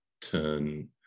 turn